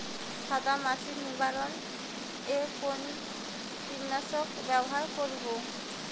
সাদা মাছি নিবারণ এ কোন কীটনাশক ব্যবহার করব?